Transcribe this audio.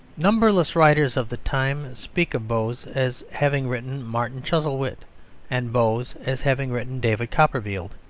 numberless writers of the time speak of boz as having written martin chuzzlewit and boz as having written david copperfield.